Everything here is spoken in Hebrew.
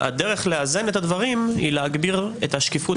הדרך לאזן את הדברים היא להגביר את השקיפות